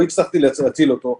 לא הצלחתי להציל אותו,